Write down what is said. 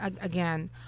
again